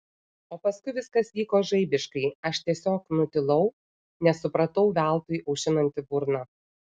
o paskui viskas vyko žaibiškai aš tiesiog nutilau nes supratau veltui aušinanti burną